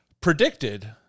predicted